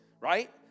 right